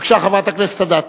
בבקשה, חברת הכנסת אדטו.